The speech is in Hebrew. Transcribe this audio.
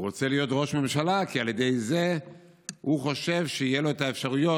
הוא רוצה להיות ראש ממשלה כי הוא חושב שיהיו לו את האפשרויות